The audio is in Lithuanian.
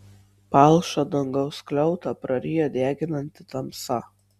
palšą dangaus skliautą praryja deginanti tamsa